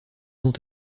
dont